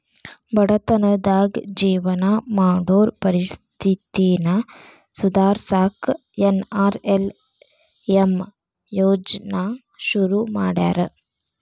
ಬಡತನದಾಗ ಜೇವನ ಮಾಡೋರ್ ಪರಿಸ್ಥಿತಿನ ಸುಧಾರ್ಸಕ ಎನ್.ಆರ್.ಎಲ್.ಎಂ ಯೋಜ್ನಾ ಶುರು ಮಾಡ್ಯಾರ